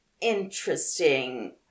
interesting